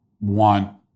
want